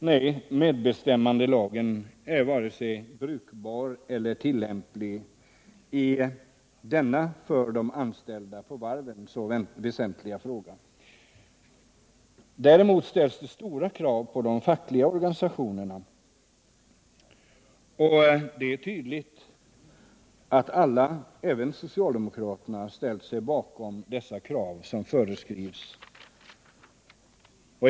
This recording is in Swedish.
Nej, medbestämmandelagen är vare sig brukbar eller tillämplig i denna för de anställda så väsentliga fråga. Däremot ställs det stora krav på de fackliga organisationerna, och det är tydligt att alla — även socialdemokraterna — ställt sig bakom de krav som föreskrivs.